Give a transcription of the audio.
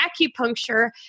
acupuncture